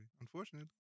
unfortunately